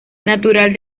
natural